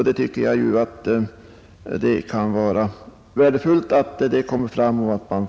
Det är värdefullt att vi har fått veta det.